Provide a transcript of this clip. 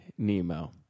Nemo